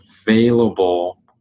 available